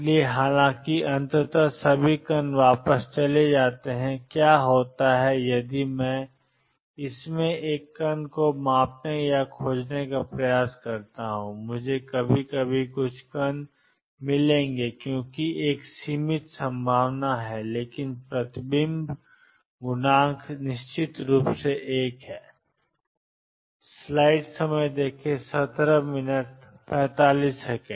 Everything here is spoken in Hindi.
इसलिए हालांकि अंततः सभी कण वापस चले जाते हैं क्या होता है यदि मैं इसमें एक कण को मापने या खोजने का प्रयास करता हूं और मुझे कभी कभी कुछ कण मिलेंगे क्योंकि एक सीमित संभावना है लेकिन प्रतिबिंब गुणांक निश्चित रूप से 1 है